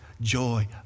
joy